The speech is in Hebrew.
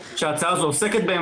שההצעה הזאת עוסקת בהם,